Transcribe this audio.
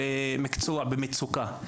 מקצוע במצוקה,